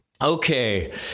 okay